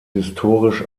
historisch